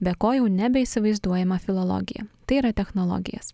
be ko jau nebeįsivaizduojama filologija tai yra technologijas